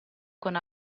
con